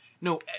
no